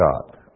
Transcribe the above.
God